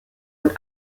und